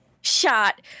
shot